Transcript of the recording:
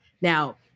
now